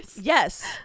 Yes